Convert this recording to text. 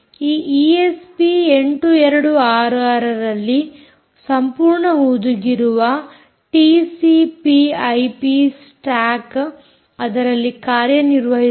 ಈ ಈಎಸ್ಪಿ 8266 ರಲ್ಲಿ ಸಂಪೂರ್ಣ ಹುದುಗಿರುವ ಟಿಸಿಪಿಐಪಿ ಸ್ಟಾಕ್ ಅದರಲ್ಲಿ ಕಾರ್ಯನಿರ್ವಹಿಸುತ್ತದೆ